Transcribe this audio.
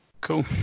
cool